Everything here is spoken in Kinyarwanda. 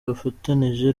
bafatanije